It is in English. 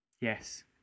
yes